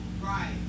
Right